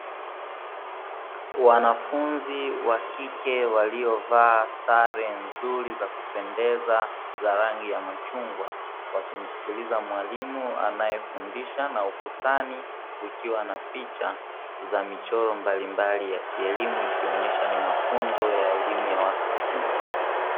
Wanafunzi wa kike waliovaa sare nzuri za kupendeza za rangi ya machungwa wakimsikiliza mwalimu anayefundisha, na ukutani kukiwa na picha za michoro mbalimbali ya kielimu ikionyesha ni mafunzo ya elimu ya watu wazima.